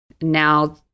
Now